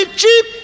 cheap